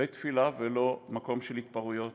בית-תפילה ולא מקום של התפרעויות.